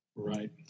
Right